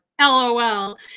LOL